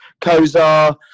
Kozar